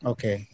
Okay